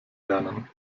lernen